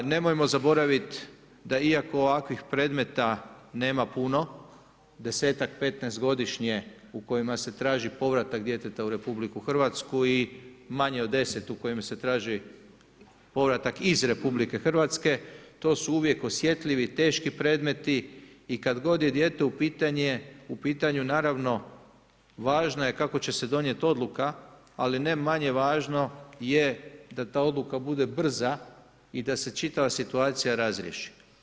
Nemojmo zaboraviti da iako ovakvih predmeta nema puno, 10-ak, 15 godišnje u kojima se traži povratak djeteta u RH i manje od 10 u kojem se traži povratak iz RH, to su uvijek osjetljivi, teški predmeti i kad god je dijete u pitanju naravno važno je kako će se donijeti odluka ali ne manje važno je da ta odluka bude brza i da se čitava situacija razriješi.